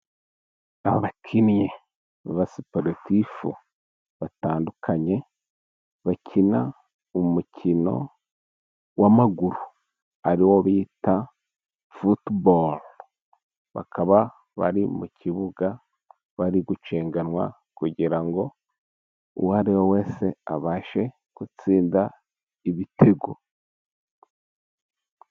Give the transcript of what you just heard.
Abakinnyi babasiporotifu batandukanye bakina umukino w'amaguru ari wo bita futuboro. Bakaba bari mu kibuga bari gucenganwa kugira ngo uwo ariwe wese abashe gutsinda ibitego.